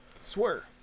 Swear